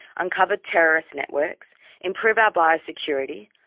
uncover terrorist networks, improve our biosecurity,